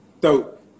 Dope